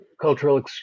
cultural